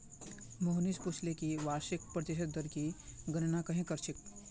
मोहनीश पूछले कि वार्षिक प्रतिशत दर की गणना कंहे करछेक